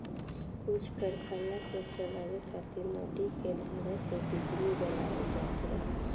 कुछ कारखाना के चलावे खातिर नदी के धारा से बिजली बनावल जात रहे